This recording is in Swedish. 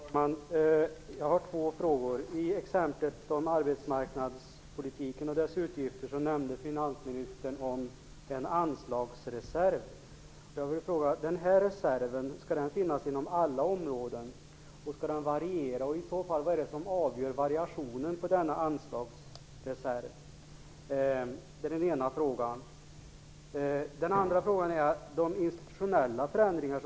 Herr talman! Jag har två frågor. I exemplet om arbetsmarknadspolitiken och dess utgifter nämnde finansministern något om en anslagsreserv. Min första fråga är: Skall denna reserv finnas inom alla områden? Skall den variera, och vad är det i så fall som avgör variationen? Det krävs institutionella förändringar.